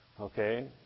Okay